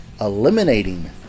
eliminating